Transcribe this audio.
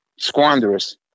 squanderous